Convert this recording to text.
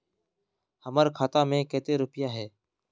हमर खाता में केते रुपया है?